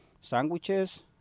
sandwiches